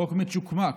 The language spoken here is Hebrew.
חוק מצ'וקמק,